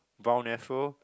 brown afro